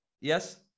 Yes